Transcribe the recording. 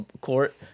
court